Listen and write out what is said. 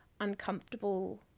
uncomfortable